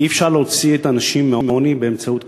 אי-אפשר להוציא את האנשים מעוני באמצעות קצבאות.